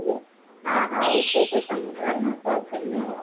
हा हा हुते त समुझ आहे न पासे में आहे